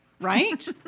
right